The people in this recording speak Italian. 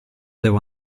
devo